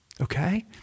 okay